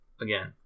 again